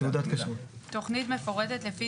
תנאי נפרד.